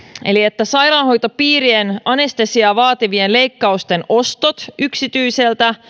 eli siihen että sairaanhoitopiirien anestesiaa vaativien leikkausten osto yksityiseltä